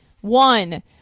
One